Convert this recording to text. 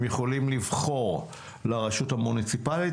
הם יכולים לבחור לרשות המוניציפלית,